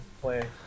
play